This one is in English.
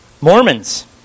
Mormons